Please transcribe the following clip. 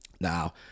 Now